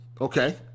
Okay